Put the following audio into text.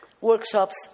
workshops